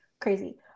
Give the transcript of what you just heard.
crazy